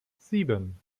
sieben